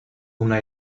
una